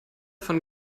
von